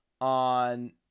on